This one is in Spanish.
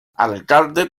alcalde